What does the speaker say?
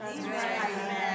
Amen